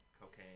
cocaine